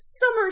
summer